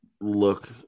look